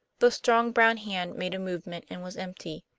the strong brown hand made a movement and was empty.